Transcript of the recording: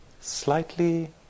Slightly